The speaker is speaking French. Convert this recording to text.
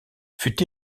fut